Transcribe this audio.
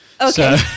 Okay